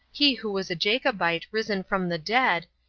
he who was a jacobite risen from the dead,